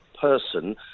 person